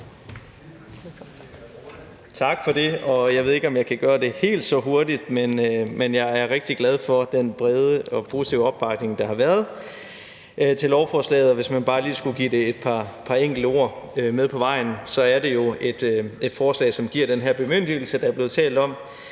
Tak for det. Jeg ved ikke, om jeg kan gøre det helt så hurtigt, men jeg er rigtig glad for den brede og positive opbakning, der er til lovforslaget, og hvis man bare lige skulle give det et par enkelte ord med på vejen, så handler det om at give den her bemyndigelse, der er blevet talt om,